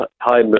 Hi